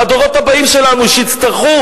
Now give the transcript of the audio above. והדורות הבאים שלנו, שיצטרכו,